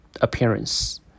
appearance